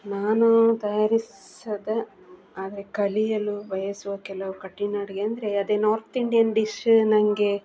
ನಾನು ತಯಾರಿಸಿದೆ ಅಂದರೆ ಕಲಿಯಲು ಬಯಸುವ ಕೆಲವು ಕಠಿಣ ಅಡುಗೆ ಅಂದರೆ ಅದೇ ನಾರ್ತ್ ಇಂಡಿಯನ್ ಡಿಶ್ ನನಗೆ